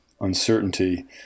uncertainty